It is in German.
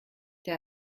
der